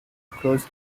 cross